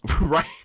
Right